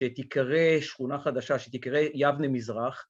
שתיקרא שכונה חדשה, שתיקרא יבנה מזרח.